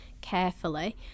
carefully